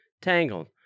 Tangled